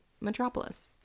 metropolis